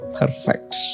perfect